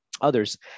Others